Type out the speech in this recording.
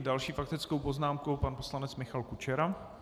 S další faktickou poznámkou pan poslanec Michal Kučera.